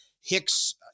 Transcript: Hicks